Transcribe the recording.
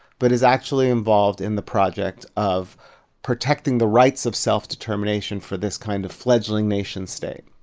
but is actually involved in the project of protecting the rights of self-determination for this kind of fledgling nation state.